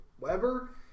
Weber